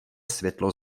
světlo